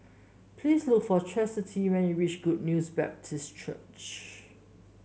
please look for Chasity when you reach Good News Baptist Church